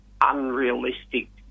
unrealistic